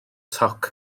toc